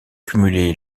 cumulé